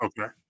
Okay